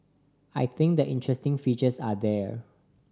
I think the interesting features are there